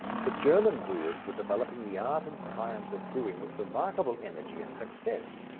the german brewers were developing the art and science of brewing with remarkable energy and success.